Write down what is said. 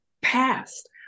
past